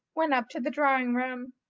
went up to the drawing-room.